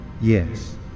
Yes